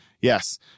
Yes